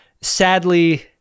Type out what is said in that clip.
Sadly